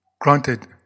Granted